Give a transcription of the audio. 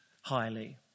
highly